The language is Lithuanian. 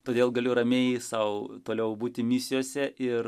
todėl galiu ramiai sau toliau būti misijose ir